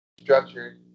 structured